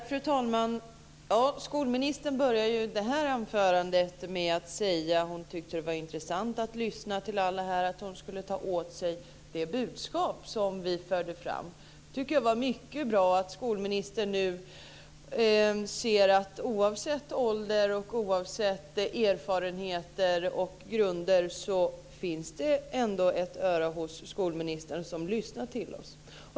Fru talman! Skolministern inledde sitt anförande med att säga att hon tyckte att det var intressant att lyssna till alla här och att hon skulle ta åt sig det budskap som vi förde fram. Jag tycker att det är mycket bra att skolministern nu ser att oavsett vår ålder, våra erfarenheter och grunder finns det ändå ett öra hos skolministern som lyssnar på oss.